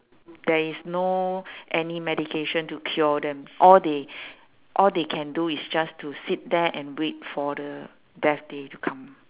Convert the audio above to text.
there is no any medication to cure them all they all they can do is just to sit there and wait for the death day to come